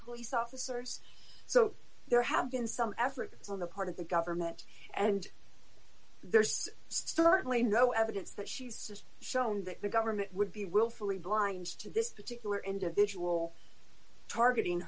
police officers so there have been some effort on the part of the government and there's certainly no evidence that she's just shown that the government would be willfully blind to this particular individual targeting